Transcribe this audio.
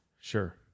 sure